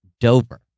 Dover